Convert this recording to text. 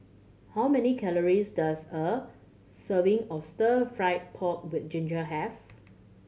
how many calories does a serving of stir fried pork with ginger have